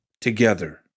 together